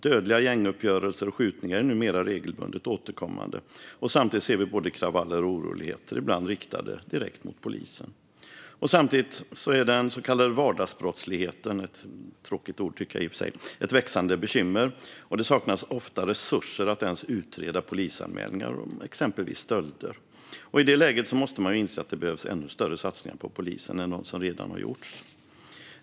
Dödliga gänguppgörelser och skjutningar är numera regelbundet återkommande. Samtidigt ser vi både kravaller och oroligheter, ibland riktade direkt mot polisen. Samtidigt är den så kallade vardagsbrottsligheten - ett tråkigt ord, tycker jag i och för sig - ett växande bekymmer. Det saknas ofta resurser att ens utreda polisanmälningar om exempelvis stölder. I det läget måste man inse att det behövs ännu större satsningar på polisen än de som redan har gjorts.